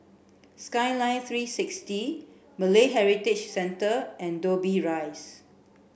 Skyline three six T Malay Heritage Centre and Dobbie Rise